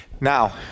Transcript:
Now